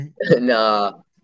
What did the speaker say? No